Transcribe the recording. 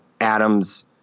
Adams